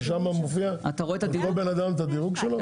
ושם מופיע לכל אדם ה דירוג שלו?